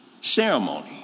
ceremony